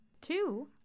Two